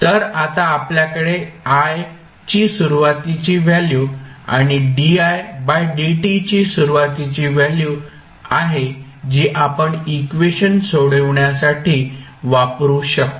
तर आता आपल्याकडे I ची सुरुवातीची व्हॅल्यू आणि di बाय dt ची सुरुवातीची व्हॅल्यू आहे जी आपण इक्वेशन सोडवण्यासाठी वापरू शकतो